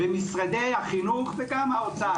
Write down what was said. משרד החינוך ומשרד האוצר.